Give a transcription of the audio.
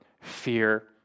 fear